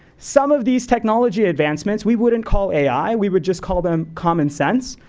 some of these technology advancements we wouldn't call ai, we would just call them common sense.